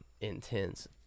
intense